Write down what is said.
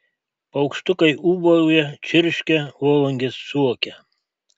paukštukai ūbauja čirškia volungės suokia